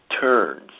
turns